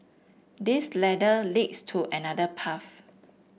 this ladder leads to another path